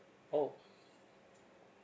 orh